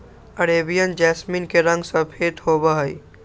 Arabian jasmine के रंग सफेद होबा हई